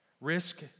Risk